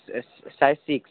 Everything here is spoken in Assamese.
size six